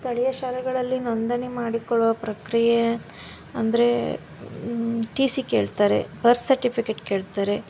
ಸ್ಥಳೀಯ ಶಾಲೆಗಳಲ್ಲಿ ನೋಂದಣಿ ಮಾಡಿಕೊಳ್ಳುವ ಪ್ರಕ್ರಿಯೆ ಅಂದರೆ ಟಿ ಸಿ ಕೇಳ್ತಾರೆ ಬರ್ತ್ ಸರ್ಟಿಫಿಕೇಟ್ ಕೇಳ್ತಾರೆ